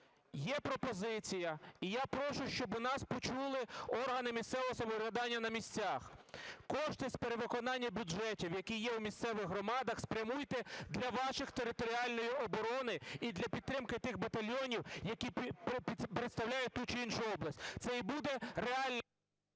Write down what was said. є пропозиція і прошу, щоби нас почули органи місцевого самоврядування на місцях, кошти з перевиконання бюджетів, які є у місцевих громадах, спрямуйте для вашої територіальної оборони і для підтримки тих батальйонів, які представляють ту чи іншу область, це і буде…